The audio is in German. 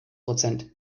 prozent